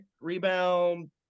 Rebound